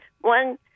One